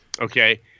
Okay